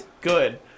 good